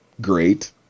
great